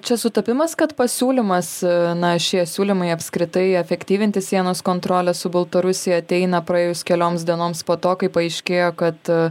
čia sutapimas kad pasiūlymas na šie siūlymai apskritai efektyvinti sienos kontrolę su baltarusija ateina praėjus kelioms dienoms po to kai paaiškėjo kad